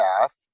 path